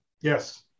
Yes